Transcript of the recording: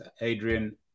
Adrian